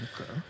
Okay